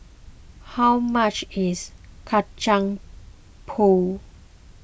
how much is Kacang Pool